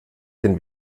den